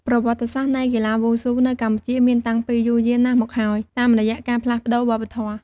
ប្រវត្តិសាស្រ្តនៃកីឡាវ៉ូស៊ូនៅកម្ពុជាមានតាំងពីយូរយារណាស់មកហើយ តាមរយៈការផ្លាស់ប្ដូរវប្បធម៌។